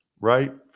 right